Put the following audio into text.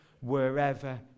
wherever